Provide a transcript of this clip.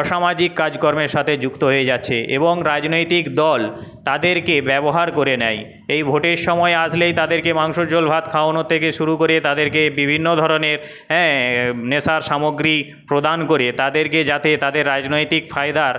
অসামাজিক কাজ কর্মের সাথে যুক্ত হয়ে যাচ্ছে এবং রাজনৈতিক দল তাদেরকে ব্যবহার করে নেয় এই ভোটের সময় আসলেই তাদেরকে মাংসর ঝোল ভাত খাওয়ানো থেকে শুরু করে তাদেরকে বিভিন্ন ধরনের হহ্যাঁ নেশার সামগ্রী প্রদান করে তাদেরকে যাতে তাদের রাজনৈতিক ফায়দার